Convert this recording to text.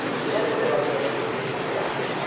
non si vorrebbero avere ma si hanno